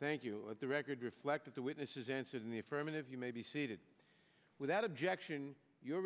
thank you the record reflected the witnesses answered in the affirmative you may be seated without objection your